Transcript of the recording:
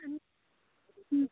आणि